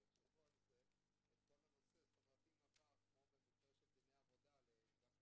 זה לא שאני חושבת שבית המשפט יפרוץ את החוק